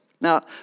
Now